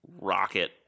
rocket